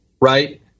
Right